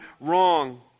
wrong